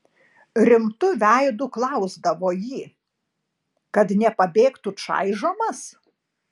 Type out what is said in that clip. rimtu veidu klausdavo ji kad nepabėgtų čaižomas